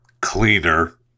cleaner